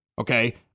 okay